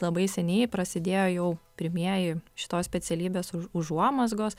labai seniai prasidėjo jau pirmieji šitos specialybės užuomazgos